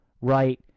right